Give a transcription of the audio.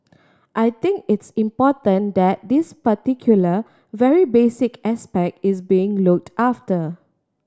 I think it's important that this particular very basic aspect is being looked after